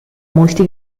molti